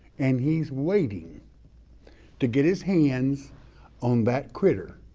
and he's waiting to get his hands on that quitter,